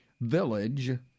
village